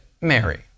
mary